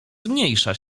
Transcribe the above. zmniejsza